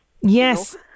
Yes